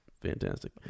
fantastic